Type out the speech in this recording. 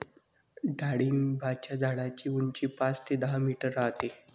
डाळिंबाच्या झाडाची उंची पाच ते दहा मीटर राहते